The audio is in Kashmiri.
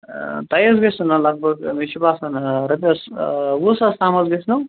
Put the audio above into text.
ٲں تُۄہہِ حظ گژھِنو لگ بھگ مےٚ چھُ باسان ٲں رۄپیس ٲں وُہ ساس تام حظ گَژھِنو